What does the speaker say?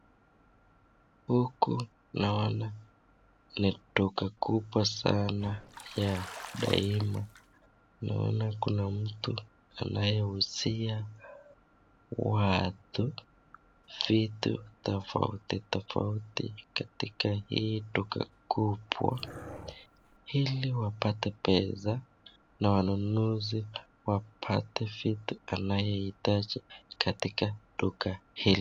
Huku naona ni duka kumbwa sana ya daima naona Kuna mtu anaye usia watu vitu tafauti tafauti katika hii duka kubwa hili wapater pesa na wanunusi wapater vitu anayetaka kununua Kwa duka hili.